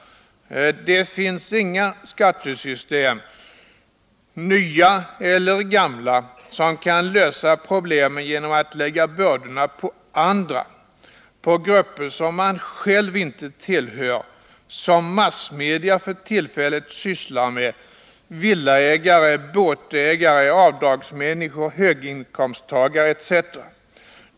Det finns inga skattesystem — nya eller gamla — som kan lösa problemen genom att lägga bördorna på andra, på grupper som man själv inte tillhör, som massmedia för tillfället sysslar med, villaägare, båtägare, avdragsmänniskor, höginkomsttagare etc.